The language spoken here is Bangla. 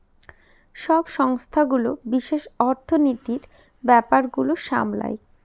সব সংস্থাগুলো বিশেষ অর্থনীতির ব্যাপার গুলো সামলায়